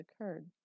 occurred